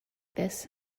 this